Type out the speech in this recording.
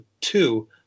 two